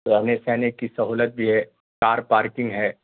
رہنے سہنے کی سہولت بھی ہے کار پارکنگ ہے